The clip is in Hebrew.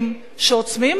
שעוצמים עין,